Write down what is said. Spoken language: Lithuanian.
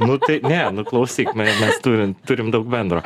nu tai ne nu klausyk na mes turim turim daug bendro